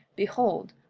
behold,